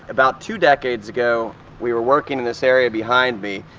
about two decades ago, we were working in this area behind me,